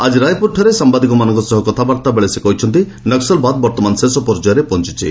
ଆଜି ରାୟପୁରଠାରେ ସାମ୍ଭାଦିକମାନଙ୍କ ସହ କଥାବାର୍ଭା ବେଳେ ସେ କହିଛନ୍ତି ନକ୍ୱଲବାଦ ବର୍ତ୍ତମାନ ଶେଷ ପର୍ଯ୍ୟାୟରେ ପହଞ୍ଚିଛି